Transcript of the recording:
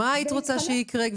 מה היית רוצה שיקרה?